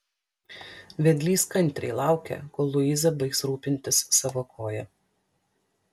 vedlys kantriai laukė kol luiza baigs rūpintis savo koja